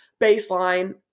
baseline